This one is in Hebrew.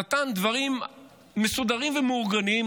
הוא נתן דברים מסודרים ומאורגנים,